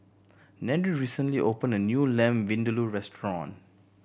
Nery recently opened a new Lamb Vindaloo restaurant